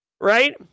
right